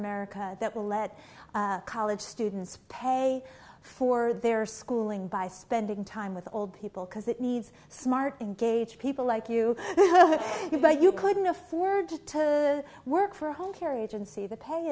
america that will lead college students pay for their schooling by spending time with old people because it needs smart engaged people like you but you couldn't afford to work for home care agency the pay